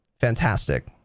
Fantastic